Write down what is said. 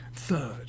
third